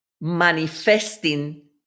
manifesting